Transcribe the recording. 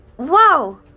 Whoa